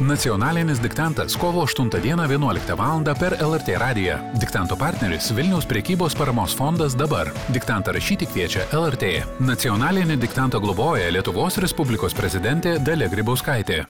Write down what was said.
nacionalinis diktantas kovo aštuntą dieną vienuoliktą valandą per lrt radiją diktanto partneris vilniaus prekybos paramos fondas dabar diktantą rašyti kviečia lrt nacionalinį diktantą globoja lietuvos respublikos prezidentė dalia grybauskaitė